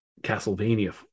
castlevania